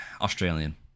Australian